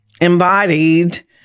embodied